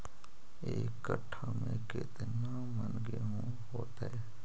एक कट्ठा में केतना मन गेहूं होतै?